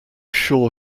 sure